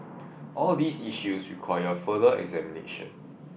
all these issues require further examination